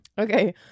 Okay